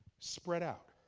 spread out.